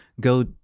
go